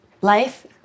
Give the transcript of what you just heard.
Life